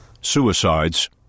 Suicides